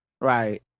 Right